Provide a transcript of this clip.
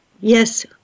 Yes